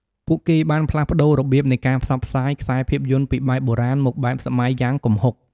ពូកគេបានផ្លាស់ប្ដូររបៀបនៃការផ្សព្វផ្សាយខ្សែភាពយន្តពីបែបបុរាណមកបែបសម័យយ៉ាងគំហុគ។